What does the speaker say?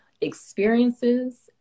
experiences